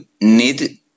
need